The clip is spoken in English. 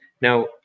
Now